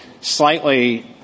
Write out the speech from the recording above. slightly